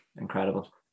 incredible